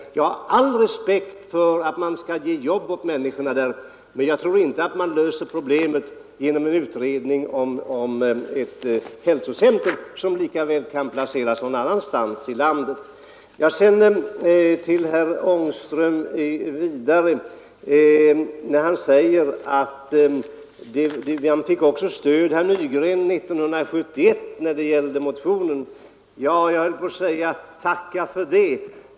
Jag har all respekt för viljan att ge jobb åt människorna, men jag tror inte att man löser problemet genom en utredning om ett hälsocentrum, som lika väl kan placeras någon annanstans i landet. Herr Ångström säger att herr Nygren också fick stöd för sin motion år 1971. Tacka för det, höll jag på att säga.